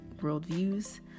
worldviews